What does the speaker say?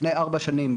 לפני 4 שנים,